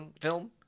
film